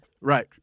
Right